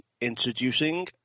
Introducing